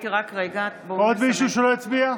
עוד מישהו שלא הצביע?